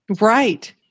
Right